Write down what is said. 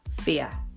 fear